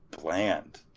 bland